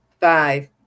five